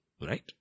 right